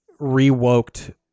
rewoked